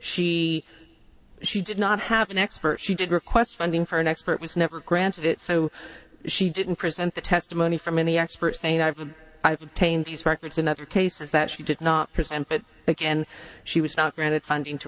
she she did not have an expert she did request funding for an expert was never granted it so she didn't present the testimony from many experts and i've i've tamed these records in other cases that she did not present but again she was not granted funding to